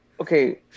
okay